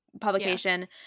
publication